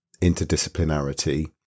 interdisciplinarity